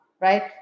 Right